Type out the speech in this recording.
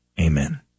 Amen